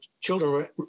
children